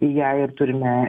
į ją ir turime